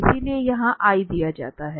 इसलिए यह i दिया जाता है